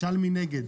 תשאל מי נגד.